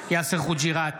יאסר חוג'יראת,